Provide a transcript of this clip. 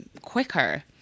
quicker